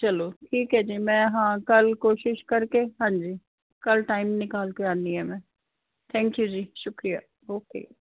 ਚਲੋ ਠੀਕ ਹ ਜੀ ਮੈਂ ਹਾਂ ਕੱਲ ਕੋਸ਼ਿਸ਼ ਕਰਕੇ ਹਾਂਜੀ ਕੱਲ ਟਾਈਮ ਨਿਕਾਲ ਕੇ ਆਨੀ ਹ ਮੈਂ ਥੈਂਕਯੂ ਜੀ ਸ਼ੁਕਰੀਆ ਓਕੇ